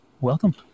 welcome